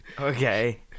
Okay